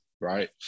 right